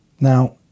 Now